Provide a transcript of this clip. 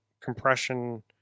compression